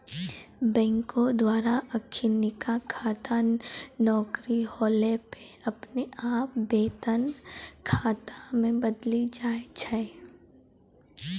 बैंको द्वारा अखिनका खाता नौकरी होला पे अपने आप वेतन खाता मे बदली जाय छै